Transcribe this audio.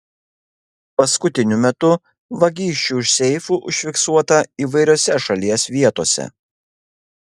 paskutiniu metu vagysčių iš seifų užfiksuota įvairiose šalies vietose